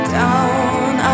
down